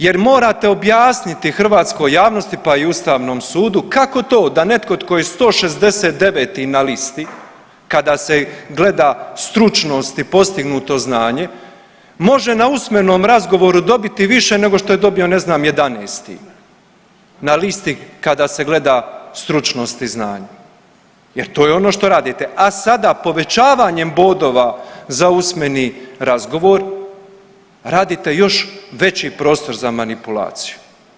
Jer morate objasniti hrvatskoj javnosti, pa i Ustavnom sudu kako to da netko tko je 169. na listi kada se gleda stručnost i postignuto znanje može na usmenom razgovoru dobiti više nego što je dobio, ne znam, 11. na listi kada se gleda stručnost i znanje jer to je ono što radite, a sada povećavanjem bodova za usmeni razgovor radite još veći prostor za manipulaciju.